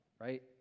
right